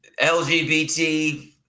LGBT